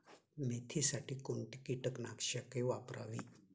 मेथीसाठी कोणती कीटकनाशके वापरावी?